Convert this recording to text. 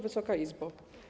Wysoka Izbo!